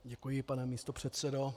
Děkuji, pane místopředsedo.